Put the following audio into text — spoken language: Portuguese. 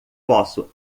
posso